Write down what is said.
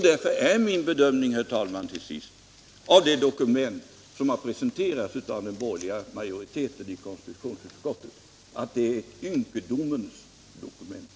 Därför är min bedömning, herr talman, av de skrivningar som har presenterats av den borgerliga majoriteten i konstitutionsutskottets betänkande, att det är ett ynkedomens dokument.